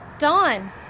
Dawn